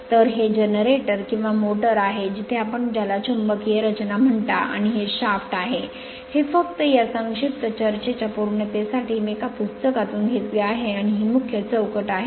तर हे जनरेटर किंवा मोटर आहे जिथे आपण ज्याला चुंबकीय रचना म्हणता आणि हे शाफ्ट आहे हे फक्त या संक्षिप्त चर्चेच्या पूर्णतेसाठी मी एका पुस्तकातून घेतले आहे आणि ही मुख्य चौकट आहे